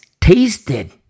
tasted